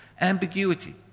ambiguity